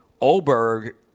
Oberg